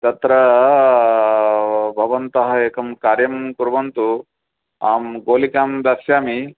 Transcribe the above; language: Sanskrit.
तत्र भवन्तः एकं कार्यं कुर्वन्तु अहं गुलिकां दास्यामि